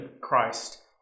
Christ